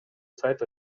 сайт